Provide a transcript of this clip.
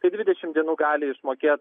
tai dvidešimt dienų gali išmokėt